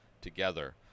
together